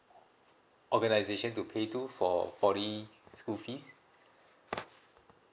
organization to pay to for poly school fees